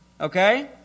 Okay